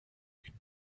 qu’une